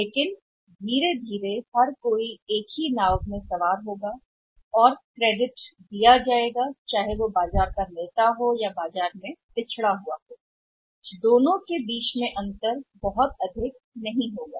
लेकिन धीरे धीरे और दृढ़ता से हर कोई एक ही नाव में पाल और होने का श्रेय कहेगा के द्वारा दिया गया बाजार में नेता या बाजार में अंतर के कारण हो सकता है दोनों बहुत अधिक नहीं होंगे